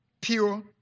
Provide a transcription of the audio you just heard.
pure